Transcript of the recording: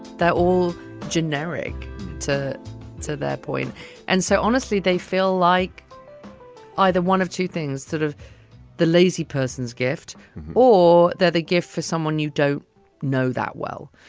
all generic to to that point and so honestly, they feel like either one of two things, sort of the lazy person's gift or the the gift for someone you don't know that well.